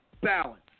balance